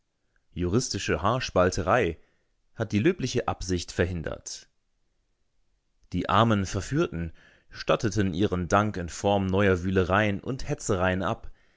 juristische haarspalterei hat die löbliche absicht verhindert die armen verführten statteten ihren dank in form neuer wühlereien und hetzereien ab